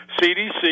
CDC